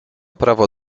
prawo